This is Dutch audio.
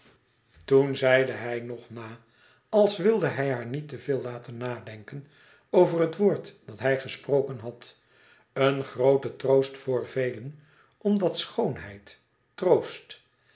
toen zeide hij nog na als wilde hij haar niet te veel laten nadenken over het woord dat hij gesproken had een groote troost voor velen omdat schoonheid troost